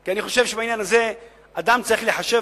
כי אני חושב שבעניין הזה אדם צריך להיחשב